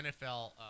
NFL